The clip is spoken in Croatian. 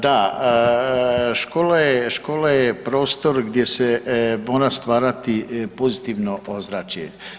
Da, škole je prostor gdje se mora stvarati pozitivno ozračje.